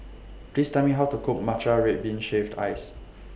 Please Tell Me How to Cook Matcha Red Bean Shaved Ice